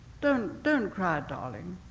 don't don't cry, darling.